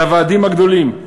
לוועדים הגדולים,